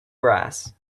grass